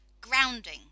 grounding